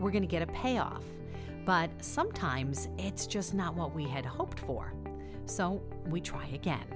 we're going to get a payoff but sometimes it's just not what we had hoped for so we try again